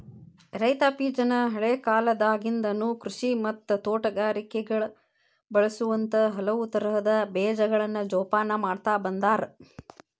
ರೈತಾಪಿಜನ ಹಳೇಕಾಲದಾಗಿಂದನು ಕೃಷಿ ಮತ್ತ ತೋಟಗಾರಿಕೆಗ ಬಳಸುವಂತ ಹಲವುತರದ ಬೇಜಗಳನ್ನ ಜೊಪಾನ ಮಾಡ್ತಾ ಬಂದಾರ